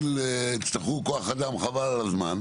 יצטרכו כוח אדם חבל על הזמן,